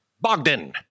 Bogdan